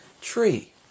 tree